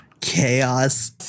chaos